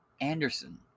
Anderson